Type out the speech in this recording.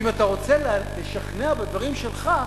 אם אתה רוצה לשכנע בדברים שלך,